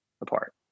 apart